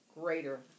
greater